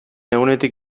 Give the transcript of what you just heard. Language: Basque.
egunetik